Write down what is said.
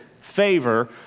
favor